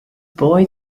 boy